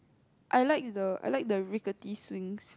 I like the I like the rickety swings